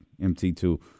mt2